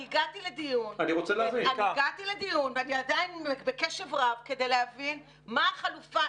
אני הגעתי לדיון ואני עדיין בקשב רב כדי להבין מה החלופה,